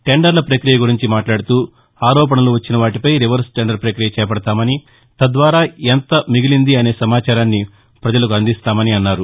టెండర్ల ప్రక్రియ గురించి మాట్లాడుతూ ఆరోపణలు వచ్చిన వాటిపై రివర్స్ టెండర్ ప్రక్రియ చేపడతామని తద్వారా ఎంత మిగిలింది అనే సమాచారాన్ని ప్రజలకు అందిస్తామని అన్నారు